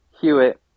Hewitt